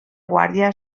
guàrdia